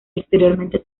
exteriormente